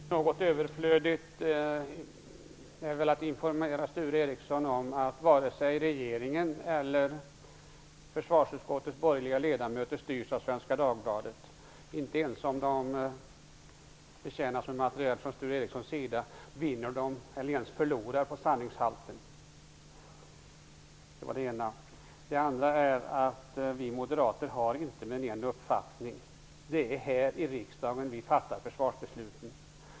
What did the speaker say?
Herr talman! Något överflödigt är väl att informera Sture Ericson om att varken regeringen eller försvarsutskottets borgerliga ledamöter styrs av Svenska Dagbladet. Inte ens om de betjänas med material från Sture Ericsons sida vinner de eller ens förlorar på sanningshalten. Vi moderater har inte mer än en uppfattning. Det är här i riksdagen vi fattar försvarsbesluten.